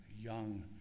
young